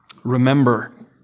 Remember